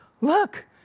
look